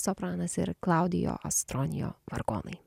sopranas ir klaudijo astronio vargonai